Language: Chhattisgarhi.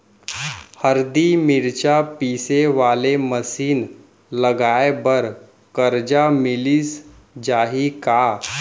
हरदी, मिरचा पीसे वाले मशीन लगाए बर करजा मिलिस जाही का?